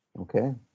Okay